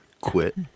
Quit